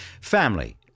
family